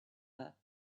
her